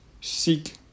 seek